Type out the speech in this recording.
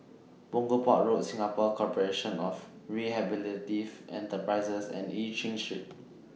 Punggol Port Road Singapore Corporation of Rehabilitative Enterprises and EU Chin Street